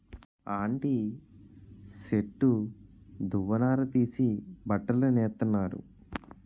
అంటి సెట్టు దవ్వ నార తీసి బట్టలు నేత్తన్నారు